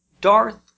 Darth